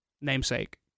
namesake